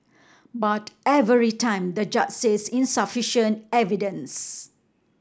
but every time the judge says insufficient evidence